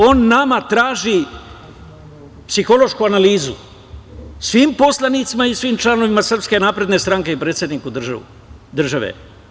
On nama traži psihološku analizu, svim poslanicima i svim članovima SNS i predsedniku države.